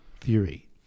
theory